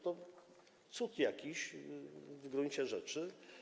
To cud jakiś w gruncie rzeczy.